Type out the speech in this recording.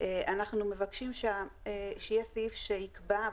אנחנו מבקשים שיהיה סעיף שיקבע,